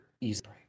easily